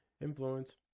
influence